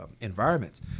environments